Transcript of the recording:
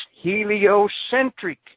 heliocentric